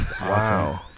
Wow